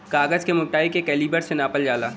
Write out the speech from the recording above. कागज क मोटाई के कैलीबर से नापल जाला